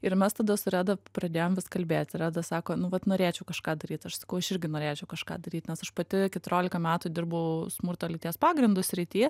ir mes tada su reda pradėjom kalbėti reda sako nu vat norėčiau kažką daryti aš sakau aš irgi norėčiau kažką daryt nes aš pati keturiolika metų dirbau smurto lyties pagrindu srityje